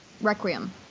Requiem